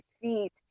feet